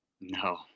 No